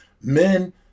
men